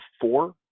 four